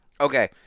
Okay